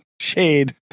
Shade